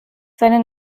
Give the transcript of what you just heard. seine